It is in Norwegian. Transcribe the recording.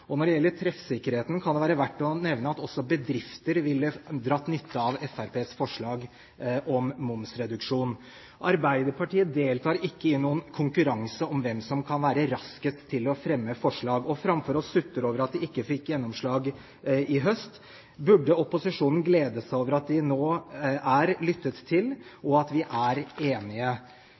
Når det gjelder treffsikkerheten, kan det være verdt å nevne at også bedrifter ville dratt nytte av Fremskrittspartiets forslag om momsreduksjon. Arbeiderpartiet deltar ikke i noen konkurranse om hvem som er raskest til å fremme forslag. Framfor å sutre over at de ikke fikk gjennomslag i høst, burde opposisjonen glede seg over at de nå er lyttet til, og at vi er enige.